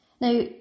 Now